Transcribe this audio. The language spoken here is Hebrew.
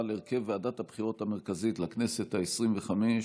על הרכב ועדת הבחירות המרכזית לכנסת העשרים-וחמש,